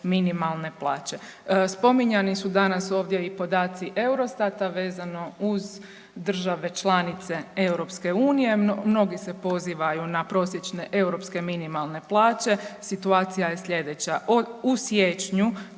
minimalne plaće. Spominjani su danas ovdje i podaci Eurostata vezano uz države članice EU, mnogi se pozivaju na prosječne europske minimalne plaće, situacija je slijedeća. U siječnju